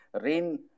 rain